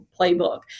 playbook